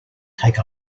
take